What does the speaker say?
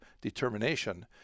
determination